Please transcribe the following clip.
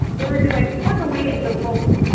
or do i plug away at the book,